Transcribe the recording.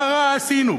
מה רע עשינו?